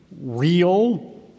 real